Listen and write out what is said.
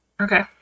Okay